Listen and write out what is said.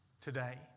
today